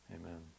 Amen